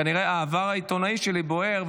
כנראה העבר העיתונאי שלי בוער,